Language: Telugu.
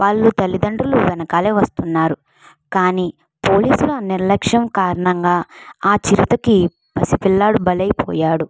వాళ్ళు తల్లిదండ్రులు వెనకాలే వస్తున్నారు కానీ పోలీసుల నిర్లక్ష్యం కారణంగా ఆ చిరుతకి పసిపిల్లాడు బలైపోయాడు